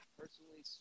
personally